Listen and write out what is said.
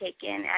taken